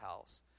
house